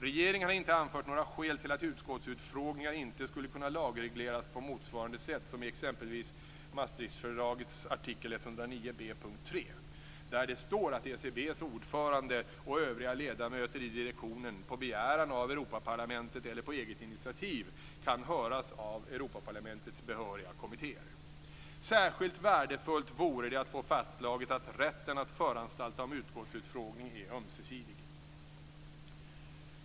Regeringen har inte anfört några skäl till att utskottsutfrågningar inte skulle kunna lagregleras på motsvarande sätt som i exempelvis Maastrichtfördragets artikel 109 b punkt 3, där det står att ECB:s ordförande och övriga ledamöter i direktionen på begäran av Europaparlamentet eller på eget initiativ kan höras av Europaparlamentets behöriga kommittéer. Särskilt värdefullt vore det att få fastslaget att rätten att föranstalta om utskottsutfrågning är ömsesidig.